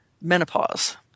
menopause